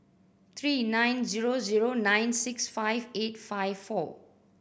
three nine zero zero nine six five eight five four